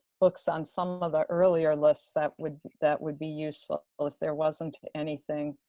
books on some of the earlier lists that would that would be useful, if there wasn't anything